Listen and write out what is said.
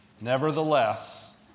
nevertheless